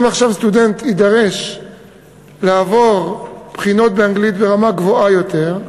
אם עכשיו סטודנט יידרש לעבור בחינות באנגלית ברמה גבוהה יותר,